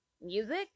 music